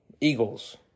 Eagles